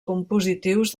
compositius